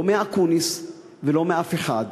לא מאקוניס ולא מאף אחד.